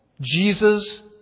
Jesus